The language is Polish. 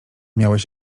miałeś